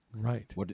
Right